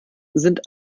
sind